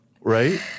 Right